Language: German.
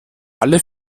alle